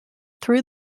through